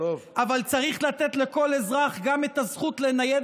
אבל צריך לתת לכל אזרח גם את הזכות לנייד